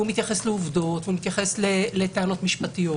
והוא מתייחס לעובדות והוא מתייחס לטענות משפטיות,